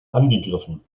angegriffen